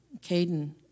Caden